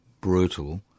brutal